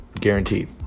Guaranteed